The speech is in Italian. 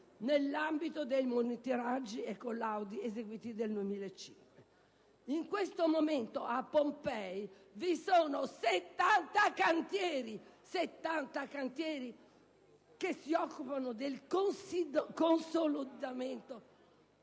nell'ambito dei monitoraggi e dei collaudi eseguiti nel 2005. In questo momento a Pompei vi sono 70 cantieri che si occupano del consolidamento